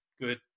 good